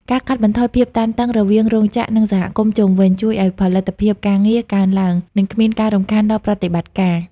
ការកាត់បន្ថយភាពតានតឹងរវាងរោងចក្រ និងសហគមន៍ជុំវិញ ជួយឱ្យផលិតភាពការងារកើនឡើង និងគ្មានការរំខានដល់ប្រតិបត្តិការ។